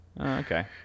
okay